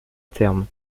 terme